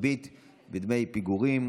(ריבית ודמי פיגורים),